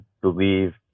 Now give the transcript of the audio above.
believe